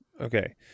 Okay